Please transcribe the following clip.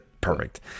perfect